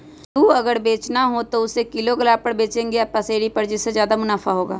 आलू अगर बेचना हो तो हम उससे किलोग्राम पर बचेंगे या पसेरी पर जिससे ज्यादा मुनाफा होगा?